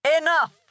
Enough